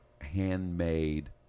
handmade